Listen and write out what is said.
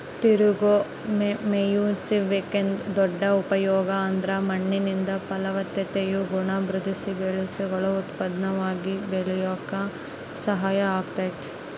ತಿರುಗೋ ಮೇಯ್ಸುವಿಕೆದು ದೊಡ್ಡ ಉಪಯೋಗ ಅಂದ್ರ ಮಣ್ಣಿಂದು ಫಲವತ್ತತೆಯ ಗುಣ ವೃದ್ಧಿಸಿ ಬೆಳೆಗುಳು ಉತ್ತಮವಾಗಿ ಬೆಳ್ಯೇಕ ಸಹಕಾರಿ ಆಗ್ತತೆ